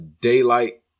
daylight